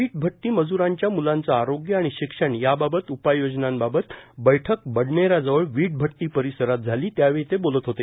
वीटभट्टी मज्रांच्या मुलांचं आरोग्य आणि शिक्षण याबाबत उपाययोजनांबाबत बैठक बडने याजवळ वीटभट्टी परिसरात झाली त्यावेळी ते बोलत होते